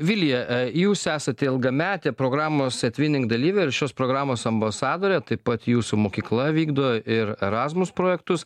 vilija jūs esate ilgametė programos etvinink dalyvė ir šios programos ambasadorė taip pat jūsų mokykla vykdo ir erasmus projektus